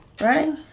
Right